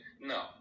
No